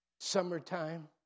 Summertime